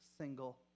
single